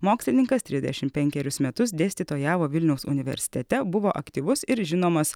mokslininkas trisdešimt penkerius metus dėstytojavo vilniaus universitete buvo aktyvus ir žinomas